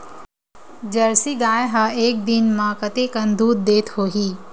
Jersey गाय ह एक दिन म कतेकन दूध देत होही?